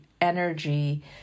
energy